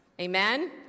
Amen